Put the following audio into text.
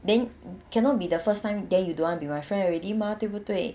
then cannot be the first time then you don't want be my friend already mah 对不对